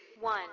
one